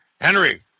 Henry